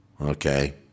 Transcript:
Okay